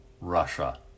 Russia